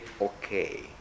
okay